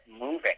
moving